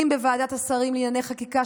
אם בוועדת השרים לענייני חקיקה,